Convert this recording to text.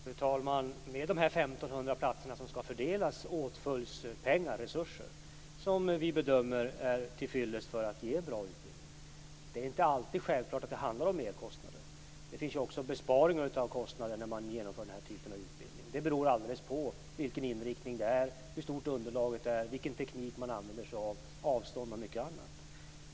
Fru talman! De 1 500 platser som skall fördelas åtföljs av resurser som vi bedömer är tillfyllest för att ge en bra utbildning. Det är inte alltid självklart att det handlar om merkostnader. Man kan också göra kostnadsbesparingar när man genomför den här typen av utbildning. Det beror alldeles på vilken inriktning man har, hur stort underlaget är, vilken teknik man använder, avstånd och mycket annat.